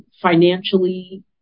financially